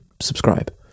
subscribe